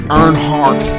earnhardt